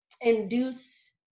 induce